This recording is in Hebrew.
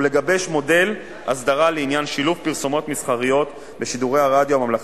ולגבש מודל הסדרה לעניין שילוב פרסומות מסחריות בשידורי הרדיו הממלכתי.